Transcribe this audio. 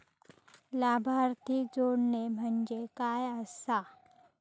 लाभार्थी जोडणे म्हणजे काय आसा?